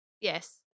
Yes